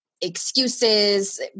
excuses